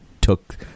took